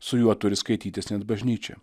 su juo turi skaitytis net bažnyčia